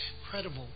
incredible